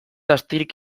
astirik